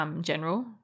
general